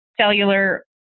cellular